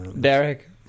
Derek